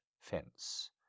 fence